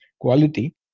quality